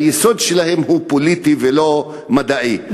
היסוד שלהן הוא פוליטי ולא מדעי.